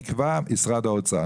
במהלך החודשיים האחרונים,